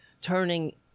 turning